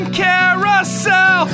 carousel